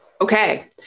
Okay